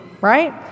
right